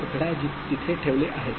तर घड्याळ तिथे ठेवले आहे